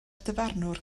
dyfarnwr